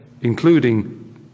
including